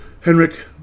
Henrik